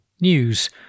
News